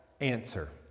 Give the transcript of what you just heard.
answer